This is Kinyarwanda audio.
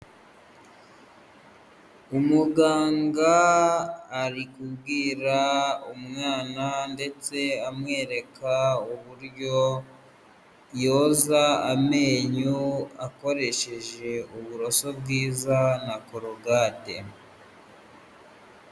Umuganga arikubwira umwana ndetse amwereka uburyo yoza amenyo akoresheje uburoso bwiza na korogate.